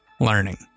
learning